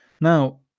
Now